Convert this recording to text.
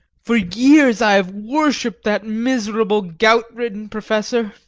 for years i have worshipped that miserable gout-ridden professor.